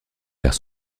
vers